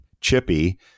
Chippy